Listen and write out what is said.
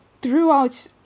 throughout